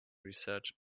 research